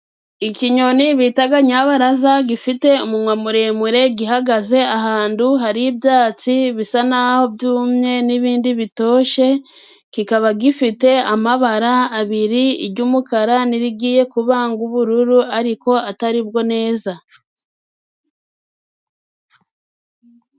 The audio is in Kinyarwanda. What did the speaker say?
Ikinyoni bita nyirabaraza, gifite umunwa muremure, gihagaze ahantu hari ibyatsi bisa naho byumye, n'ibindi bitoshye, kikaba gifite amabara abiri iry'umukara n'irigiye kuba nk'ubururu, ariko atari bwo neza.